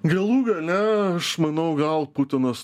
galų gale aš manau gal putinas